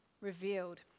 revealed